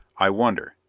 i wonder.